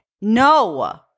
No